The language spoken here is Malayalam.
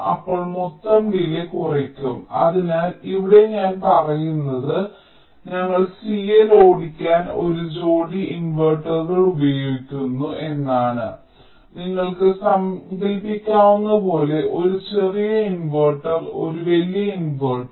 അപ്പോൾ മൊത്തം ഡിലേയ്യ് കുറയ്ക്കും അതിനാൽ ഇവിടെ ഞാൻ പറയുന്നത് ഞങ്ങൾ CL ഓടിക്കാൻ ഒരു ജോടി ഇൻവെർട്ടറുകൾ ഉപയോഗിക്കുന്നു എന്നാണ് നിങ്ങൾക്ക് സങ്കൽപ്പിക്കാനാകുന്നതുപോലെ ഒരു ചെറിയ ഇൻവെർട്ടർ ഒരു വലിയ ഇൻവെർട്ടർ